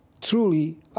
truly